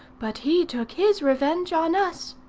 but he took his revenge on us.